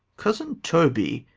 cousin toby,